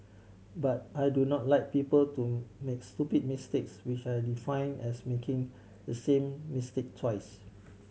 but I do not like people to make stupid mistakes which I define as making the same mistake twice